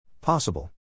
Possible